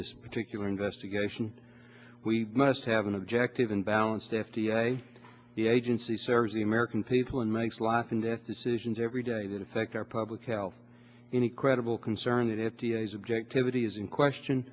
this particular investigation we must have an objective and balanced f d a the agency serves the american people and makes life and death decisions every day that affect our public health any credible concern that f d a subjectivity is in question